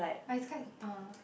but it's quite uh